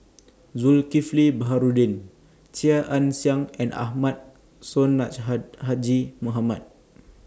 Zulkifli Baharudin Chia Ann Siang and Ahmad Mohamad